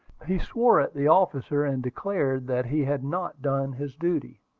he swore at the officer, and declared that he had not done his duty.